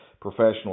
professional